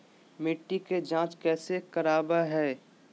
मिट्टी के जांच कैसे करावय है?